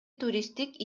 туристтик